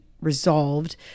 resolved